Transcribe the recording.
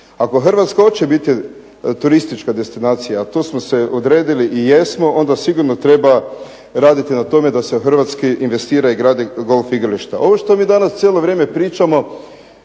Ako Hrvatska hoće biti turistička destinacija, a to smo se odredili i jesmo, onda sigurno treba raditi na tome da se u Hrvatskoj investira i grade golf igrališta. Ovo što mi danas cijelo vrijeme pričamo